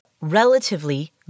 relatively